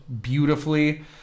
beautifully